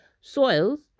soils